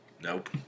nope